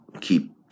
keep